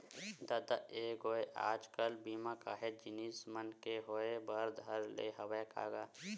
ददा ऐ गोय आज कल बीमा काहेच जिनिस मन के होय बर धर ले हवय का गा?